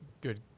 good